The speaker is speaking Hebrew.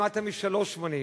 למטה מ-3.80.